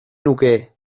nuke